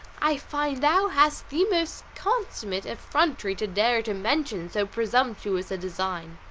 i find thou hast the most consummate effrontery to dare to mention so presumptuous a design!